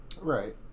Right